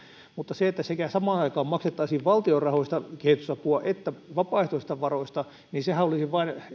mutta sehän että samaan aikaan maksettaisiin sekä valtion rahoista että vapaaehtoisista varoista kehitysapua olisi vain